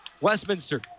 Westminster